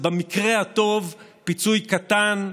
במקרה הטוב זה פיצוי קטן,